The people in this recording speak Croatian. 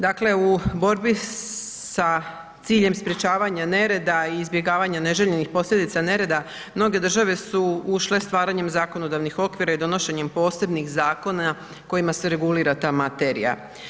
Dakle u borbi sa ciljem sprječavanjem nereda i izbjegavanja neželjenih posljedica nerede, mnoge države su ušle stvaranjem zakonodavnih okvira i donošenjem posebnih zakona kojima se regulira ta materija.